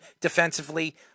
defensively